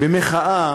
במחאה